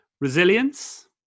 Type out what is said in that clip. Resilience